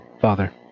Father